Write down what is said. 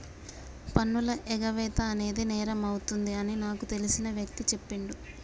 పన్నుల ఎగవేత అనేది నేరమవుతుంది అని నాకు తెలిసిన వ్యక్తి చెప్పిండు